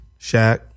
Shaq